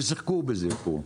ששיחקו בזה פה,